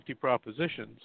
propositions